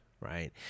right